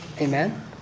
Amen